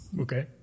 Okay